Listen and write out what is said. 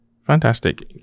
Fantastic